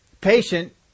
Patient